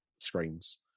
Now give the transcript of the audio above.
screens